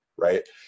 right